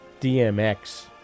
DMX